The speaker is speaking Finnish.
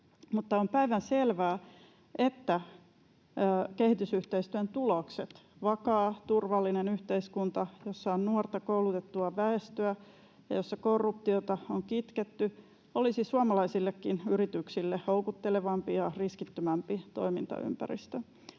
Mutta on päivänselvää, että kehitysyhteistyön tulokset, vakaa, turvallinen yhteiskunta, jossa on nuorta koulutettua väestöä ja jossa korruptiota on kitketty, olisi suomalaisillekin yrityksille houkuttelevampi ja riskittömämpi toimintaympäristö.